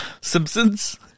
Simpsons